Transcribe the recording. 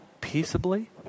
peaceably